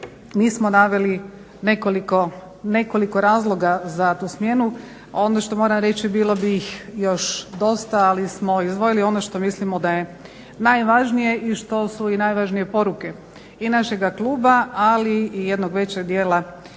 Mi smo naveli nekoliko razloga za tu smjenu. Ono što moram reći bilo bi ih još dosta, ali smo izdvojili ono što mislimo da je najvažnije i što su i najvažnije poruke i našega kluba, ali i jednog većeg dijela